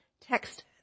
Text